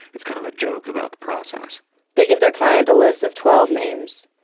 it's kind of a joke about the process they give their client a list of twelve names.